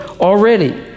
already